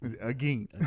Again